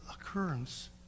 occurrence